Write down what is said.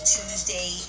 Tuesday